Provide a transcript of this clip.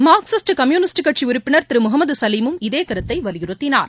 Marxist Communist கட்சி உறுப்பினர் திரு முகமது சலீமும் இதே கருத்தை வலியுறுத்தினார்